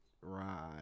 Right